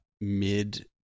mid